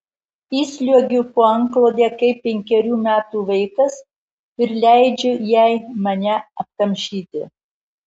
įsliuogiu po antklode kaip penkerių metų vaikas ir leidžiu jai mane apkamšyti